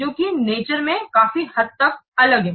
जो की नेचर में काफी हद तक अलग हैं